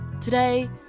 Today